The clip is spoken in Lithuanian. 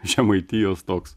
žemaitijos toks